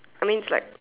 I mean it's like